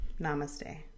namaste